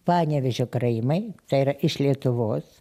panevėžio karaimai tai yra iš lietuvos